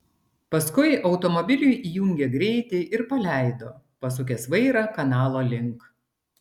paskui automobiliui įjungė greitį ir paleido pasukęs vairą kanalo link